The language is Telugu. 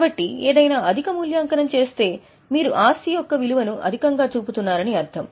కాబట్టి ఏదైనా అధిక మూల్యాంకనం చేస్తే మీరు ఆస్తి యొక్క విలువను అధికంగా చూపుతున్నారని అర్థం